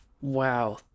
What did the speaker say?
wow